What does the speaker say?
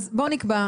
אז בוא נקבע.